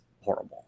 horrible